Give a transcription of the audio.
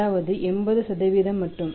அதாவது 80 மட்டும்